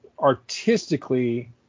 artistically